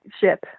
ship